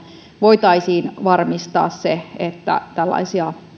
voitaisiin varmistaa se että